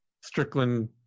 Strickland